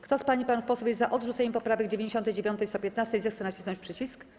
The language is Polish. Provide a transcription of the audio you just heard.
Kto z pań i panów posłów jest za odrzuceniem poprawek 99. i 115., zechce nacisnąć przycisk.